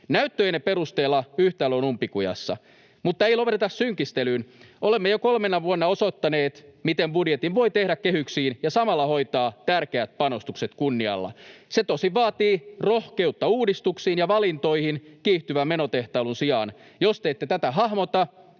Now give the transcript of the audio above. Näyttöjenne perusteella yhtälö on umpikujassa. Mutta ei lopeteta synkistelyyn. Olemme jo kolmena vuonna osoittaneet, miten budjetin voi tehdä kehyksiin ja samalla hoitaa tärkeät panostukset kunnialla. Se tosin vaatii rohkeutta uudistuksiin ja valintoihin kiihtyvän menotehtailun sijaan. Jos te ette tätä hahmota,